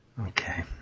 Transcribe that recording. Okay